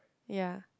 yea